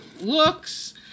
looks